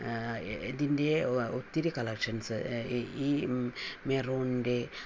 ഇതിൻറെ ഒത്തിരി കളക്ഷൻസ് ഈ മെറൂണിൻ്റെ